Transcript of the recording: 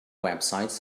websites